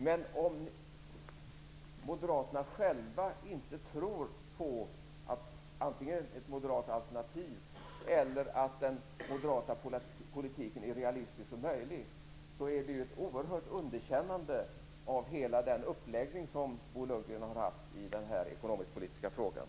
Men om Moderaterna själva inte tror på antingen ett moderat alternativ eller att den moderata politiken är realistisk och möjlig är det ju ett oerhört underkännande av hela den uppläggning som Bo Lundgren har haft i den här ekonomisk-politiska frågan.